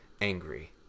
angry